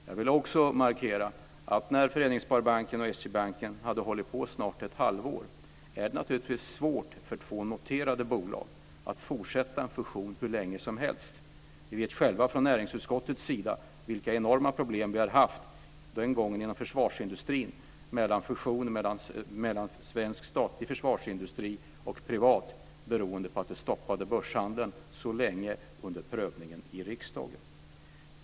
Jag vill också markera att när Föreningssparbanken och SE-banken hade hållit på i snart ett halvår blev det naturligtvis svårt för två noterade bolag att fortsätta en fusion hur länge som helst. Vi vet själva från näringsutskottets sida vilka enorma problem vi har haft, den gången inom försvarsindustrin, med en fusion mellan svensk statlig försvarsindustri och privat, beroende på att börshandeln stoppades så länge under prövningen i riksdagen.